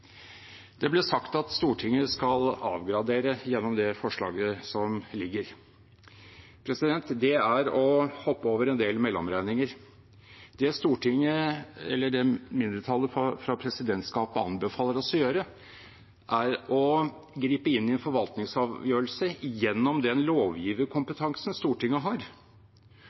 Det ble sagt at Stortinget skal avgradere, gjennom det forslaget som foreligger. Det er å hoppe over en del mellomregninger. Det mindretallet i presidentskapet anbefaler oss å gjøre, er å gripe inn i en forvaltningsavgjørelse gjennom den lovgivende kompetansen Stortinget har,